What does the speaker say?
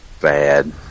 bad